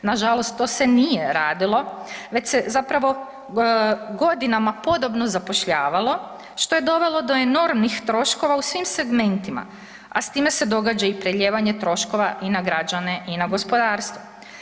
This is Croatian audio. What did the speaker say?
Nažalost, to se nije radilo već se zapravo godinama podobno zapošljavalo što je dovelo do enormnih troškova u svim segmentima, a s time se događa i prelijevanje troškova i na građane i na gospodarstvo.